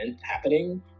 happening